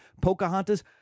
Pocahontas